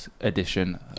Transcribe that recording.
edition